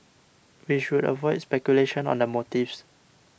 we should avoid speculation on the motives